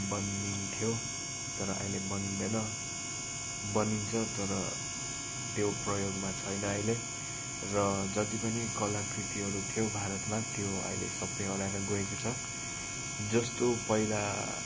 बनिन्थ्यो तर अहिले बनिँदैन बनिन्छ तर त्यो प्रयोगमा छैन अहिले र जति पनि कलाकृतिहरू थियो भारतमा त्यो अहिले सबै हराएर गएको छ जस्तो पहिला